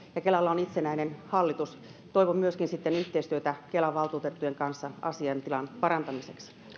kelalla on itsenäinen hallitus toivon myöskin yhteistyötä kelan valtuutettujen kanssa asiantilan parantamiseksi